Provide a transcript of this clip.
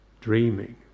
dreaming